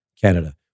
Canada